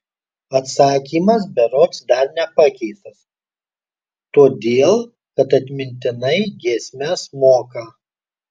atsakymas berods dar nepakeistas todėl kad atmintinai giesmes moka